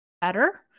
better